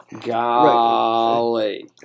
Golly